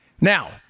Now